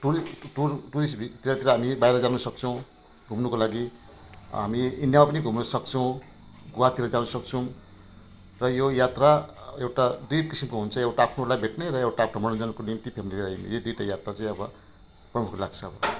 tourist tourist tourist भिजातिर हामी बाहिर जानसक्छौँ घुम्नको लागि हामी इन्डियामा पनि घुम्नसक्छौँ गोवातिर जानसक्छौँ र यो यात्रा एउटा दुई किसिमको हुन्छ एउटा आफ्नोलाई भेट्ने र एउटा आफ्नो मनोरञ्जनको निम्ति फ्यामिली लिएर हिँड्ने यो दुईवटा यात्रा चाहिँ अब लाग्छ